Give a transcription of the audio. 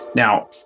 Now